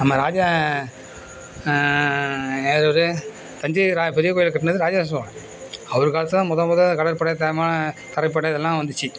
நம்ம ராஜ யார் இவர் தஞ்சை ரா பெரிய கோவிலை கட்டினது ராஜராஜ சோழன் அவர் காலத்தில் தான் மொத மொதலில் கடற்படை தளமா தரைப்படை இதலாம் வந்துச்சு